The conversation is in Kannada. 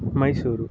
ಮೈಸೂರು